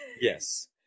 Yes